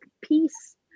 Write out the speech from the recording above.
peace